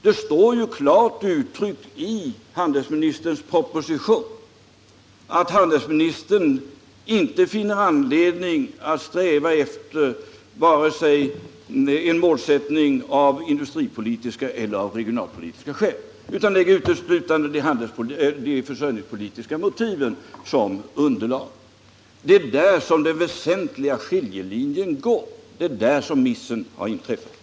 Det står ju klart uttryckt i handelsministerns proposition att handelsministern inte finner anledning att sträva efter en målsättning vare sig av industripolitiska eller av regionalpolitiska skäl, utan att det är uteslutande de försörjningspolitiska motiven som bildar underlaget. Det är där som den väsentliga skiljelinjen går och det är där som missen gjorts.